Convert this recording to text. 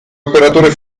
operatore